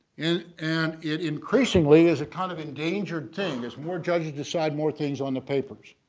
in and it increasingly is a kind of endangered thing as more judges decide more things on the papers.